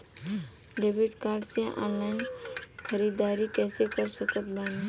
Debit card से online ख़रीदारी कैसे कर सकत बानी?